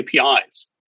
apis